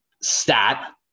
stat